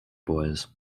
boys